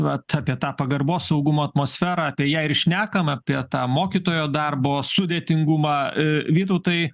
vat apie tą pagarbos saugumo atmosferą apie ją ir šnekam apie tą mokytojo darbo sudėtingumą vytautai